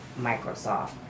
Microsoft